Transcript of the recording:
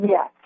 Yes